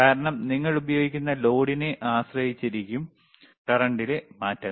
കാരണം നിങ്ങൾ ഉപയോഗിക്കുന്ന ലോഡിനെ ആശ്രയിച്ച് ആയിരിക്കും കറ്ണ്ടിലെ മാറ്റങ്ങൾ